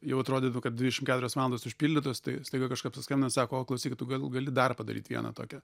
jau atrodydavo kad dvidešim keturios valandos užpildytos tai staiga kažkas paskambina sako o klausyk tu gal gali dar padaryt vieną tokią